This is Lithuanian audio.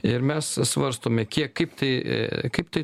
ir mes svarstome kiek kaip tai kaip tai